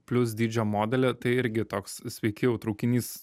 plius dydžio modelį tai irgi toks sveiki jau traukinys